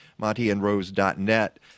montyandrose.net